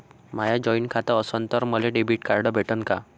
माय joint खातं असन तर मले दोन डेबिट कार्ड भेटन का?